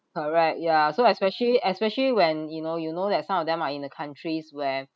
correct ya so especially especially when you know you know that some of them are in the countries where